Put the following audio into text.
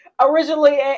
originally